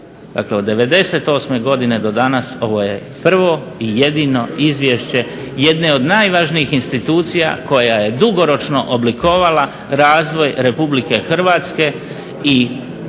Dakle, od '98. godine do danas ovo je prvo i jedino izvješće jedne od najvažnijih institucija koja je dugoročno oblikovala razvoj Republike Hrvatske i proces